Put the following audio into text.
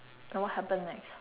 and what happened next